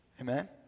Amen